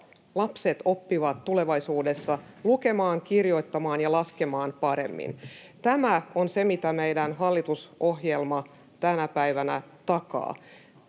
lapset oppivat tulevaisuudessa lukemaan, kirjoittamaan ja laskemaan paremmin. Tämä on se, mitä meidän hallitusohjelmamme tänä päivänä takaa.